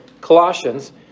Colossians